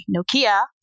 Nokia